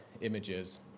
images